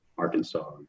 Arkansas